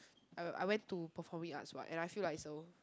I I went to performing arts what and I feel like so